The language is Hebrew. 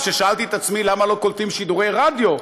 כששאלתי את עצמי למה לא קולטים שידורי רדיו,